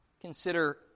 consider